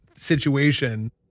situation